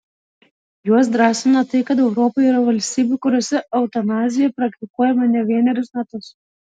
juos drąsina tai kad europoje yra valstybių kuriose eutanazija praktikuojama ne vienerius metus